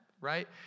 Right